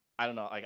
i don't know,